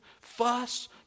fuss